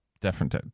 different